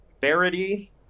Verity